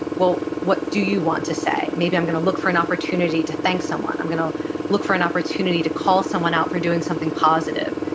well, what do you want to say? maybe i'm going to look for an opportunity to thank someone. i'm going to look for an opportunity to call someone out for doing something positive.